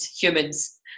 humans